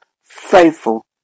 faithful